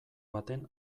baten